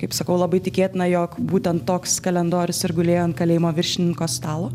kaip sakau labai tikėtina jog būtent toks kalendorius ir gulėjo ant kalėjimo viršininko stalo